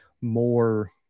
more –